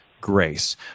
grace